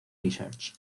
research